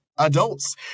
adults